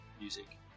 music